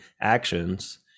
actions